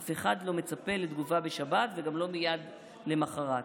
אף אחד לא מצפה לתגובה בשבת וגם לא מייד למוחרת.